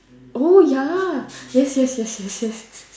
oh ya yes yes yes yes yes